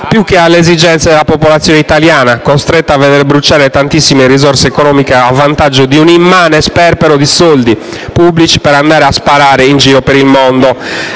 più che alle esigenze della popolazione italiana, costretta a veder bruciate tantissime risorse economiche a vantaggio di un immane sperpero di soldi pubblici per andare a sparare in giro per il mondo.